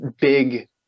big